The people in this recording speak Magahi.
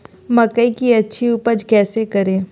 मकई की अच्छी उपज कैसे करे?